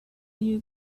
you